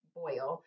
boil